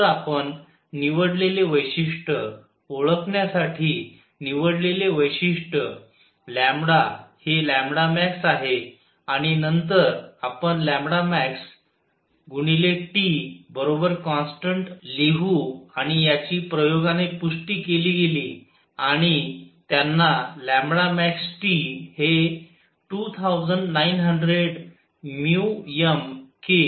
तर आपण निवडलेले वैशिष्ट्य ओळखण्यासाठी निवडलेले वैशिष्ट्य हे max आहे आणि नंतर आपण maxTकॉन्स्टन्ट लिहू आणि ह्याची प्रयोगाने पुष्टी केली गेली आणि त्यांना maxT हे 2900 mK एवढे आहे असे मिळाले